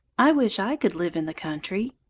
i wish i could live in the country.